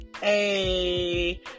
hey